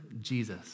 Jesus